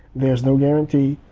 there's no guarantee.